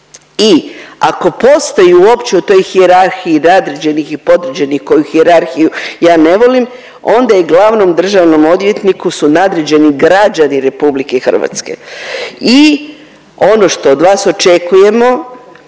i ako postoji uopće u toj hijerarhiji nadređenih i podređenih koju hijerarhiju ja ne volim onda i glavnom državnom odvjetniku su nadređeni građani RH. I ono što od vas očekujemo,